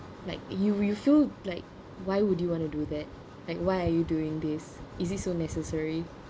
like you you'll feel like why would you want to do that like why are you doing this is it so necessary